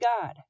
god